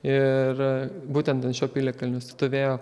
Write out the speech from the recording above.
ir būtent ant šio piliakalnio stovėjo